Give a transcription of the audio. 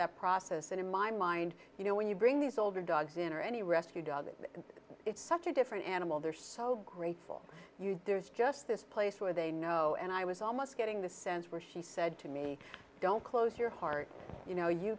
that process and in my mind you know when you bring these older dogs in or any rescue dog and it's such a different animal they're so grateful you there's just this place where they know and i was almost getting the sense where she said to me don't close your heart you know you